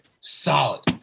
Solid